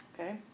okay